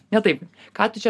ne taip ką tu čia